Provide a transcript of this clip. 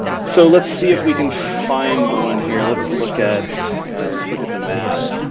so let's see if we can find one here. let's look at let's look at the map.